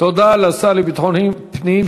תודה לשר לביטחון פנים.